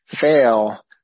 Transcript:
fail